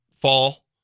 fall